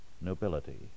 nobility